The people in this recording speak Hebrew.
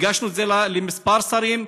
הגשנו את זה לכמה שרים,